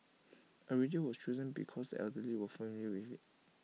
A radio was chosen because the elderly were familiar with IT